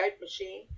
machine